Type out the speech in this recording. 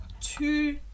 two